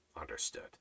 understood